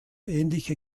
ähnliche